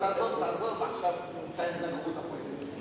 אצלי בבית ישבו אנשים ממעלה-החמישה ומגוש-עציון.